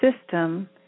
system